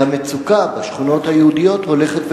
והמצוקה בשכונות היהודיות הולכת וגוברת.